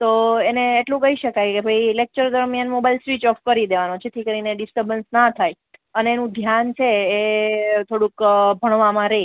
તો એને એટલું કહી શકાય કે ભાઈ લેક્ચર દરમિયાન મોબાઈલ સ્વિચ ઓફ કરી દેવાનો જેથી કરીને ડીસ્ટરબન્સ ન થાય અને એનું ધ્યાન છે એ થોડુંક ભણવામાં રહે